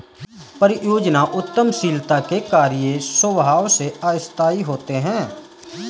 परियोजना उद्यमशीलता के कार्य स्वभाव से अस्थायी होते हैं